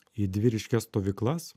į dvi ryškias stovyklas